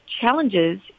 challenges